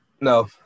no